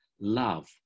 love